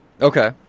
Okay